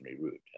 route